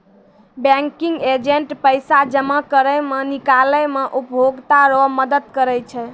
banking agent पैसा जमा करै मे, निकालै मे उपभोकता रो मदद करै छै